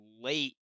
late